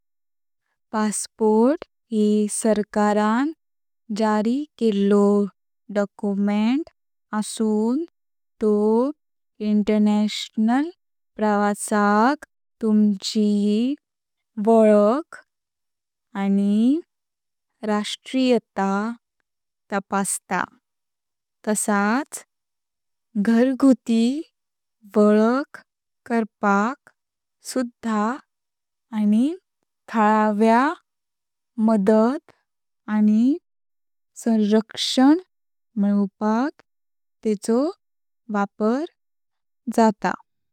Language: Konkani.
पासपोर्ट ही सरकारान जारी केल्लो डॉक्युमेंट आसून तो आंतरराष्ट्रीय प्रवासाक तुमची वलख आनी राष्ट्रीयता तपास्ता। तसाच घरगुती वलख करपाक सुधा आनी थळाव्या मदत आनी सरक्षन मेलवपाक तेचो वापर जात।